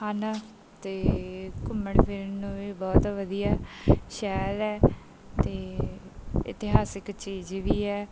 ਹਨ ਅਤੇ ਘੁੰਮਣ ਫਿਰਨ ਨੂੰ ਵੀ ਬਹੁਤ ਵਧੀਆ ਸ਼ਹਿਰ ਹੈ ਅਤੇ ਇਤਿਹਾਸਿਕ ਚੀਜ਼ ਵੀ ਹੈ